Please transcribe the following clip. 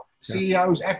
CEOs